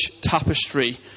tapestry